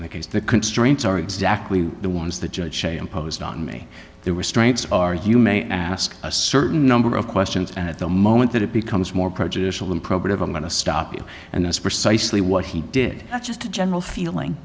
in that case the constraints are exactly the ones the judge say imposed on me there were strengths are you may ask a certain number of questions and at the moment that it becomes more prejudicial than probative i'm going to stop you and that's precisely what he did that's just a general feeling